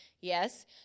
Yes